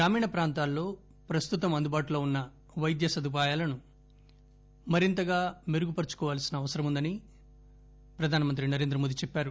గ్రామీణ ప్రాంతాల్లో ప్రస్తుతం అందుబాటులో ఉన్న పైద్య సదుపాయాలను మరింతగా మెరుగు పరచుకోవలసిన అవసరం ఉందని ప్రధానమంత్రి నరేంద్ర మోడీ అన్నారు